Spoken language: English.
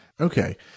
Okay